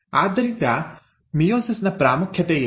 ಆದ್ದರಿಂದ ಮಿಯೋಸಿಸ್ ನ ಪ್ರಾಮುಖ್ಯತೆ ಏನು